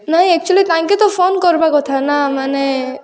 ନାହିଁ ଆକ୍ଚୁଆଲି ତାଙ୍କେ ତ ଫୋନ କରିବା କଥା ନା ମାନେ